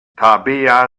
tabea